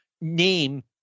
name